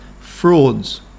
frauds